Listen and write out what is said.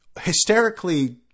hysterically